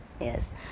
Yes